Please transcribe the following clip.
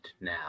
now